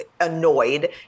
annoyed